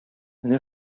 менә